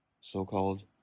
so-called